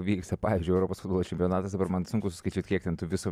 vyksta pavyzdžiui europos futbolo čempionatas dabar man sunku suskaičiuot kiek ten tų visų